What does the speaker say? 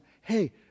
Hey